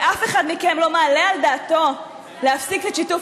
ואף אחד מכם לא מעלה על דעתו להפסיק את שיתוף